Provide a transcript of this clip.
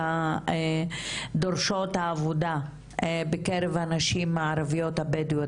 דורשות העבודה בקרב הנשים הערביות הבדואיות,